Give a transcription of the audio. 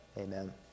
amen